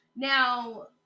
Now